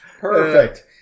perfect